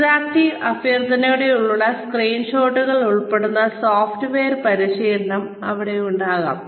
interactive അഭ്യർത്ഥനകളോടെയുള്ള സ്ക്രീൻഷോട്ടുകൾ ഉൾപ്പെടെയുള്ള സോഫ്റ്റ്വെയർ പരിശീലനം അവിടെ ഉണ്ടാകാം